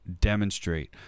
demonstrate